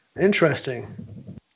Interesting